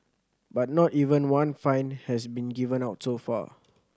but not even one fine has been given out so far